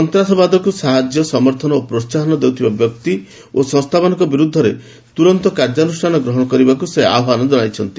ସନ୍ତାସବାଦକୁ ସାହାଯ୍ୟ ସମର୍ଥନ ଓ ପ୍ରୋହାହନ ଦେଉଥିବା ବ୍ୟକ୍ତି ଓ ସଂସ୍ଥାମାନଙ୍କ ବିରୁଦ୍ଧରେ ତୁରନ୍ତ କାର୍ଯ୍ୟାନୁଷ୍ଠାନ ଗ୍ରହଣ କରିବାକୁ ସେ ଆହ୍ୱାନ ଜଣାଇଛନ୍ତି